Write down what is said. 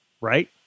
Right